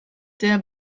der